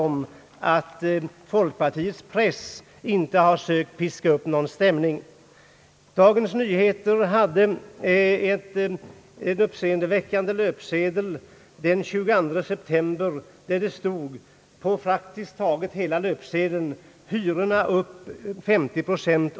För att visa hur det förhåller sig med den saken vill jag peka på att Dagens Nyheter den 22 september hade en uppseendeväckande löpsedel där det stod över praktiskt taget hela löpsedeln: »Hyrorna upp 50 proc.